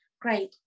great